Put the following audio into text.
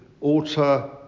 alter